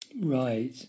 Right